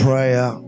Prayer